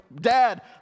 dad